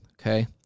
okay